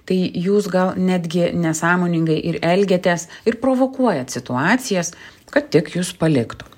tai jūs gal netgi nesąmoningai ir elgiatės ir provokuojat situacijas kad tik jus paliktų